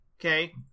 Okay